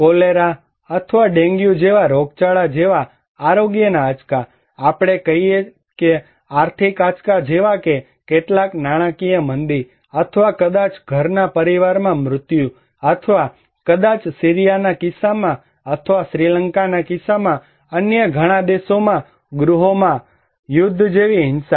cholera અથવા dengue જેવા રોગચાળા જેવા આરોગ્યના આંચકા આપણે કહીએ કે આર્થિક આંચકા જેવા કે કેટલાક નાણાકીય મંદી અથવા કદાચ ઘરના પરિવારમાં મૃત્યુ અથવા કદાચ સીરિયાના કિસ્સામાં અથવા શ્રીલંકાના કિસ્સામાં અન્ય ઘણા દેશોમાં ગૃહ યુદ્ધ જેવી હિંસા